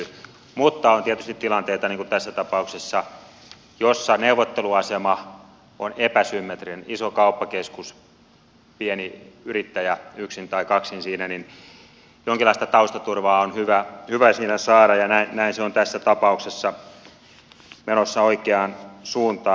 mutta on tietysti tilanteita niin kuin tässä tapauksessa joissa neuvotteluasema on epäsymmetrinen iso kauppakeskus ja pieni yrittäjä yksin tai kaksin siinä että jonkinlaista taustaturvaa on hyvä siinä saada ja näin se on tässä tapauksessa menossa oikeaan suuntaan